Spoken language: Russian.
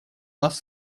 нас